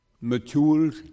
matured